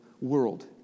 world